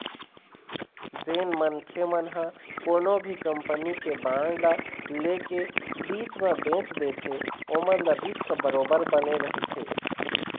जेन मनखे मन ह कोनो भी कंपनी के बांड ल ले के बीच म बेंच देथे ओमन ल रिस्क बरोबर बने रहिथे